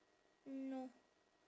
no